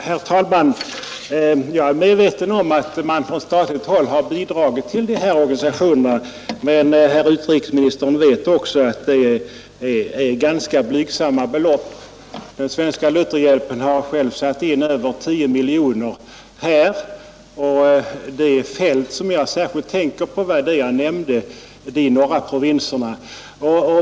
Herr talman! Jag är medveten om att man från statligt håll har lämnat bidrag till de här organisationerna, men herr utrikesministern vet också att det är med ganska blygsamma belopp. Den svenska Lutherhjälpen har själv satt in över 10 miljoner, och det fält som jag särskilt tänker på är de norra provinserna.